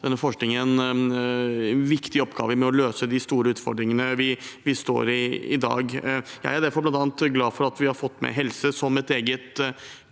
forskningen en viktig oppgave i å løse de store utfordringene vi står i i dag. Jeg er derfor glad for at vi har fått med helse som et eget